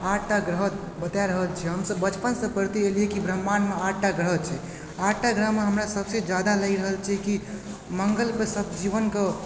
आठटा ग्रह बताए रहल छै हमसभ बचपनसँ पढ़िते एलिए की ब्रह्माण्डमे आठटा ग्रह छै आठटा ग्रहमे हमरा सभसे जादा लागि रहल छै की मंगल पर सभ जीवनक